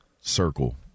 circle